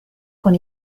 con